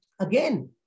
again